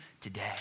today